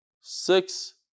Six